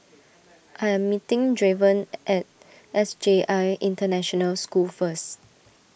I am meeting Draven at S J I International School first